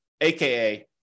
aka